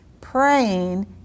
praying